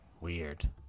Weird